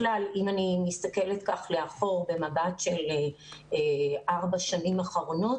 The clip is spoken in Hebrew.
אם אני מסתכלת לאחור במבט של ארבע השנים האחרונות,